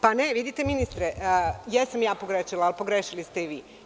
Pa ne, vidite ministre, jesam ja pogrešila, ali pogrešili ste i vi.